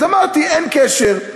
אז אמרתי: אין קשר.